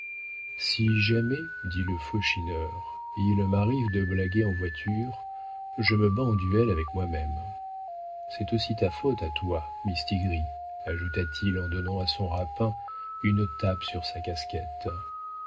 si jamais dit le faux schinner il m'arrive de blaguer en voiture je me bats en duel avec moi-même c'est aussi ta faute à toi mistigris ajouta-t-il en donnant à son rapin une tape sur sa casquette